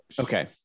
Okay